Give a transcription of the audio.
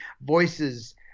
voices